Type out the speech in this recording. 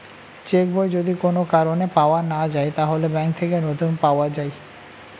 check বই যদি কোন কারণে পাওয়া না যায়, তাহলে ব্যাংক থেকে নতুন পাওয়া যায়